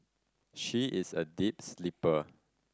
she is a deep sleeper